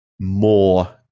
more